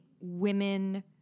women